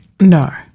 No